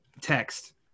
text